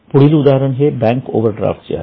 पुढील उदाहरण हे बँक ओवरड्राफ्टचे आहे